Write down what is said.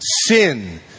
Sin